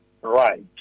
right